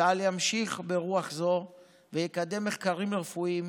צה"ל ימשיך ברוח זו ויקדם מחקרים רפואיים